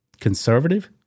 conservative